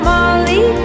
Molly